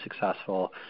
successful